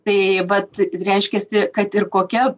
tai vat reiškiasi kad ir kokia